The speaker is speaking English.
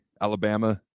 Alabama